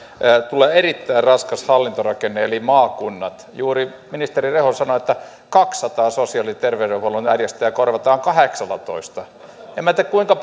tulee erittäin raskas hallintorakenne eli maakunnat juuri ministeri rehula sanoi että kaksisataa sosiaali ja terveydenhuollon järjestöä korvataan kahdeksallatoista en minä tiedä kuinka